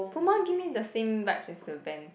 Puma give me the same vibes as the Vans